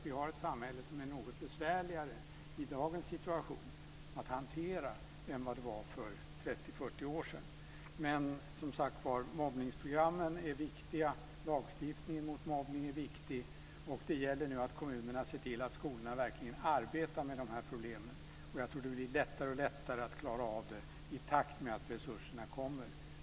Vi har ett samhälle som är något besvärligare att hantera i dagens situation än vad det var för 30-40 år sedan. Mobbningsprogrammen är viktiga. Lagstiftning mot mobbning är viktig. Det gäller nu för kommunerna att se till att skolorna verkligen arbetar med problemen. Jag tror att det blir allt lättare att klara av dem i takt med att resurserna kommer.